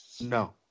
No